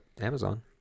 Amazon